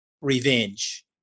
revenge